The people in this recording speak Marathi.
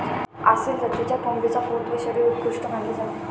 आसिल जातीच्या कोंबडीचा पोत व शरीर उत्कृष्ट मानले जाते